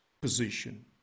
position